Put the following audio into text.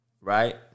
right